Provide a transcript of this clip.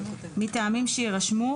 מטעמים שיירשמו,